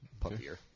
puffier